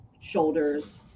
shoulders